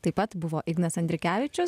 taip pat buvo ignas andriukevičius